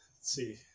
see